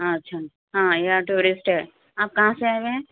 ہاں اچھا ہاں یہاں ٹوریسٹ ہے آپ کہاں سے آئے ہوٮٔے ہیں